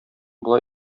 болай